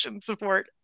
support